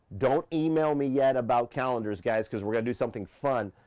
don't email me yet about calendars guys cause we're gonna do something fun,